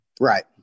Right